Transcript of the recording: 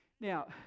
Now